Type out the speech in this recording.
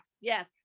Yes